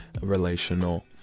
relational